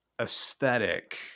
aesthetic